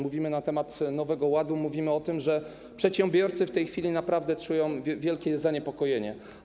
Mówimy na temat Nowego Ładu, mówimy o tym, że przedsiębiorcy w tej chwili naprawdę czują wielkie zaniepokojenie.